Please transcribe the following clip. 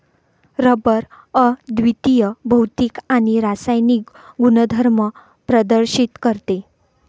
rubber अद्वितीय भौतिक आणि रासायनिक गुणधर्म प्रदर्शित करते